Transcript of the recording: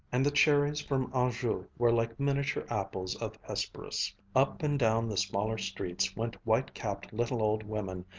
and the cherries from anjou were like miniature apples of hesperus. up and down the smaller streets went white-capped little old women,